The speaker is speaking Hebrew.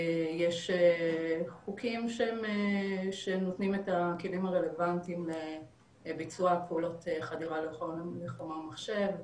יש חוקים שנותנים את הכלים הרלוונטיים לביצוע פעולות חדירה לחומרי מחשב,